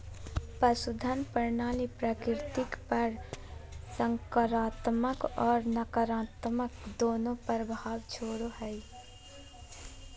पशुधन प्रणाली प्रकृति पर सकारात्मक और नकारात्मक दोनों प्रभाव छोड़ो हइ